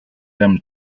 them